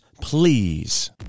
please